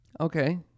Okay